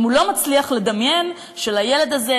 אם הוא לא מצליח לדמיין שלילד הזה,